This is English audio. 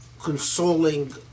consoling